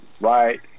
right